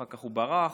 אחר כך הוא ברח,